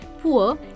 poor